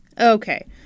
Okay